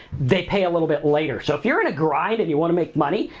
they pay a little bit later. so, if you're in a grind and you wanna make money,